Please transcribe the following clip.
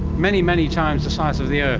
many, many times the size of the ah